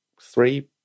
three